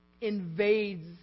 invades